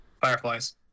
Fireflies